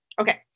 Okay